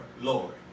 Lord